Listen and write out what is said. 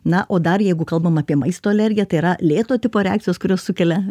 na o dar jeigu kalbam apie maisto alergiją tai yra lėto tipo reakcijos kurios sukelia